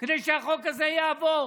כדי שהחוק הזה יעבור.